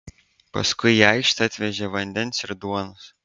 paskui į aikštę atvežė vandens ir duonos